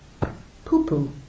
poo-poo